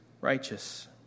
righteous